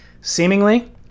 Seemingly